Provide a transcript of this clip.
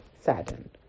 saddened